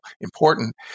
important